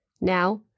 Now